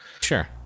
Sure